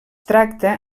tracta